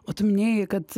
o tu minėjai kad